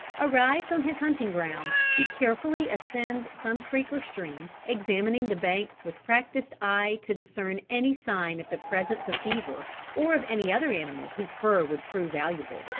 arrived on his hunting ground he carefully ascends some creek or stream, examining the banks with practiced eye to discern any sign of the presence of beaver or of any other animal whose fur would prove valuable.